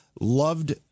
Loved